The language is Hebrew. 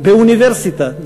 באוניברסיטה,